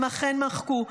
הם אכן מחקו.